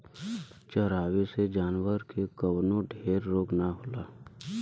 चरावे से जानवर के कवनो ढेर रोग ना होला